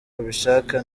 abishaka